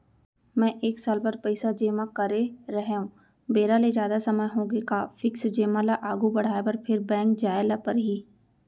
मैं एक साल बर पइसा जेमा करे रहेंव, बेरा ले जादा समय होगे हे का फिक्स जेमा ल आगू बढ़ाये बर फेर बैंक जाय ल परहि?